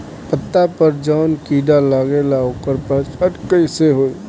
पत्ता पर जौन कीड़ा लागेला ओकर पहचान कैसे होई?